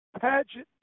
pageant